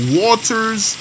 waters